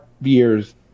years